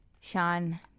Sean